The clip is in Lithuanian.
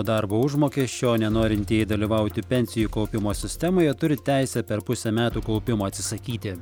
darbo užmokesčio o nenorintieji dalyvauti pensijų kaupimo sistemoje turi teisę per pusę metų kaupimo atsisakyti